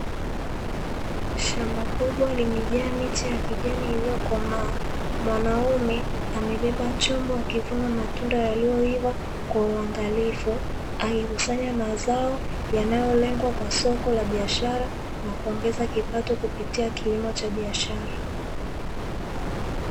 Shamba kubwa limejaa miti ya kijani iliyokomaa, mwanaume amebeba chombo akivuna matunda yaliyoiva kwa uangalifu akikusanya mazao yanayolengwa kwa soko la biashara na kuongeza kipato kupitia kilimo cha biashara.